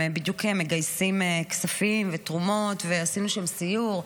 הם בדיוק מגייסים כספים ותרומות, ועשינו שם סיור.